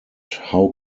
how